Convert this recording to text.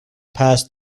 pass